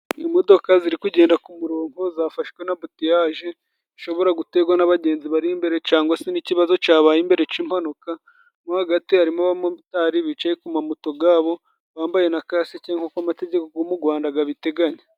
Imodoka ziri kugenda ku murongo zafashwe na ambuteyaje ishobora gutegwa n'abagenzi bari imbere cangwa se n'ikibazo cabaye imbere c'impanuka. mo hagati harimo abamotari bicaye kuri mamoto gabo, bambaye na kasike nk'uko amategeko go mu Gwanda gabiteganya.